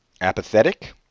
apathetic